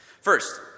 First